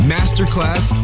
Masterclass